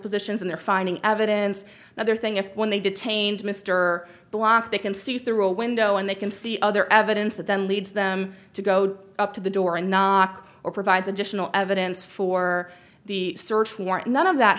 positions and they're finding evidence now they're thing if when they detained mr block they can see through a window and they can see other evidence that then leads them to go up to the door and knock or provides additional evidence for the search warrant none of that